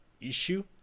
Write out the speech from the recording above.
issue